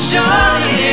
Surely